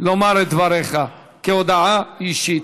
לומר את דבריך, כהודעה אישית.